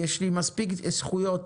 יש לי מספיק זכויות